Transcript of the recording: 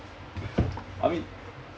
I mean